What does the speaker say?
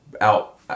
out